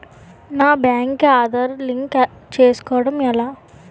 నా బ్యాంక్ కి ఆధార్ లింక్ చేసుకోవడం ఎలా?